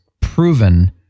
proven